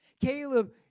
Caleb